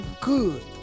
good